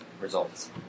results